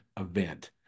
event